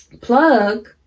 plug